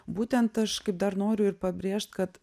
būtent aš kaip dar noriu ir pabrėžt kad